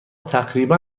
تقریبا